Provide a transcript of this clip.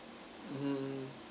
mm